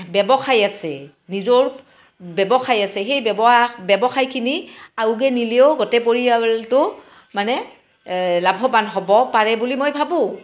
ব্যৱসায় আছে নিজৰ ব্যৱসায় আছে সেই ব্যৱসায় ব্যৱসায়খিনি আউগে নিলিও গ'টে পৰিয়ালটো মানে লাভৱান হ'ব পাৰে বুলি মই ভাবোঁ